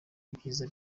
ibyiza